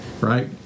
right